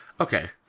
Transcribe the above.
Okay